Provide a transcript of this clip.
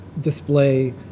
display